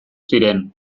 ziren